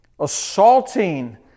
assaulting